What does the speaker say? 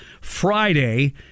Friday